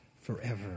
forever